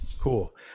cool